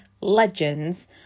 legends